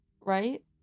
right